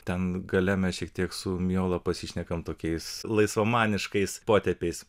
ten gale mes šiek tiek su mijolo pasišnekam tokiais laisvamaniškais potėpiais